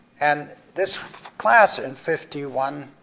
and this class, in fifty one,